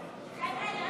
מרום: 50 בעד,